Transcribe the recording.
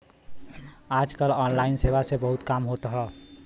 आज कल ऑनलाइन सेवा से बहुत काम होत हौ